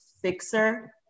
fixer